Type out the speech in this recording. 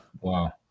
Wow